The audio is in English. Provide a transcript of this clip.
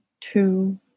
Two